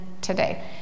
today